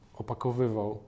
opakowywał